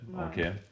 okay